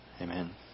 Amen